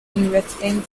investing